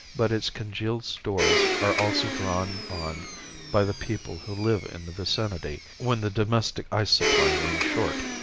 but its congealed stores are also drawn on by the people who live in the vicinity when the domestic ice supply runs short.